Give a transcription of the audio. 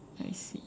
I see